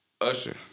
Usher